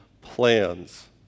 plans